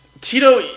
Tito